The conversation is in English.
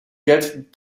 get